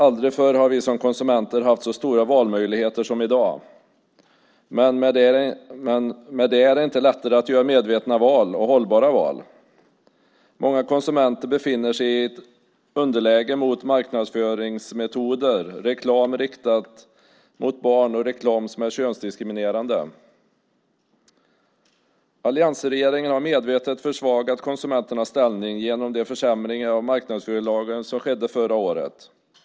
Aldrig förr har vi som konsumenter haft så stora valmöjligheter som i dag. Men därmed är det inte lättare att göra medvetna och hållbara val. Många konsumenter befinner sig i underläge gentemot marknadsföringsmetoder, reklam riktad till barn och reklam som är könsdiskriminerande. Alliansregeringen har medvetet försvagat konsumenternas ställning genom de försämringar av marknadsföringslagen som skedde förra året.